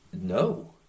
No